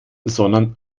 sondern